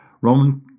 Roman